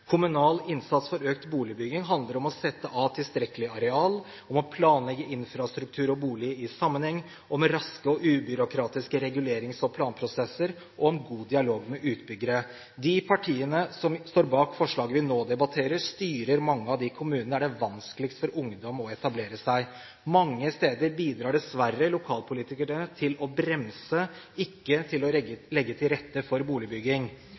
Kommunal innsats for økt boligbygging handler om å sette av tilstrekkelig areal, om å planlegge infrastruktur og bolig i sammenheng – med raske og ubyråkratiske regulerings- og planprosesser og en god dialog med utbyggere. De partiene som står bak forslaget vi nå vi debatterer, styrer i mange av de kommunene der det er vanskeligst for ungdom å etablere seg. Mange steder bidrar dessverre lokalpolitikerne til å bremse, ikke til å legge til rette for boligbygging.